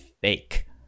fake